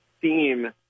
theme